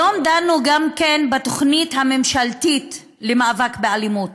היום דנו גם בתוכנית הממשלתית למאבק באלימות.